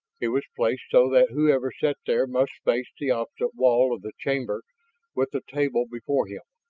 it was placed so that whoever sat there must face the opposite wall of the chamber with the table before him.